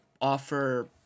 offer